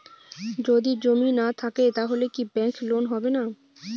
যদি জমি না থাকে তাহলে কি ব্যাংক লোন হবে না?